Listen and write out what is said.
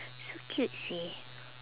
so cute seh